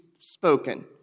spoken